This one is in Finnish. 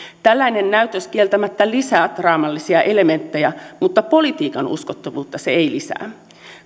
tällainen näytös kieltämättä lisää draamallisia elementtejä mutta politiikan uskottavuutta se ei lisää